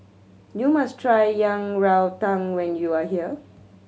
you must try Yang Rou Tang when you are here